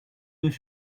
deux